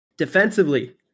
Defensively